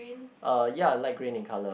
uh ya light green in colour